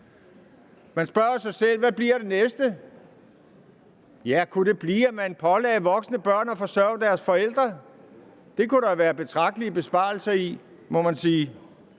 Man spørger jo sig selv: Hvad bliver det næste? Ja, kunne det blive, at man pålagde voksne børn at forsørge deres forældre? Det kunne der være betragtelige besparelser i, må man sige.